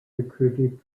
recruited